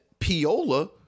Piola